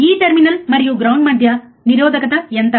ఈ టెర్మినల్ మరియు గ్రౌండ్ మధ్య నిరోధకత ఎంత